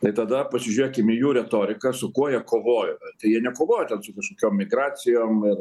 tai tada pasižiūrėkim į jų retoriką su kuo jie kovojo tai jie nekovojo ten su kažkokiom migracijom